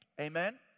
Amen